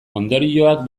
ondorioak